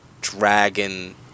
dragon